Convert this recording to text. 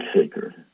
seeker